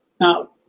Now